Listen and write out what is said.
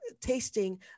tasting